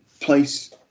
place